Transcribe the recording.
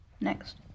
Next